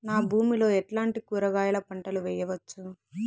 నా భూమి లో ఎట్లాంటి కూరగాయల పంటలు వేయవచ్చు?